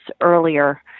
earlier